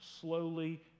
slowly